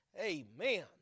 Amen